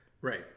Right